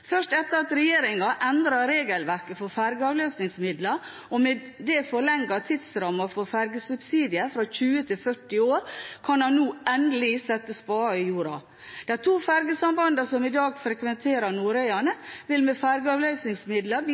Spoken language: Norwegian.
Først etter at regjeringen endret regelverket for fergeavløsningsmidler, og med det forlenget tidsrammen for fergesubsidier fra 20 til 40 år, kan en nå endelig sette spaden i jorda. De to fergesambandene som i dag frekventerer Nordøyane, vil med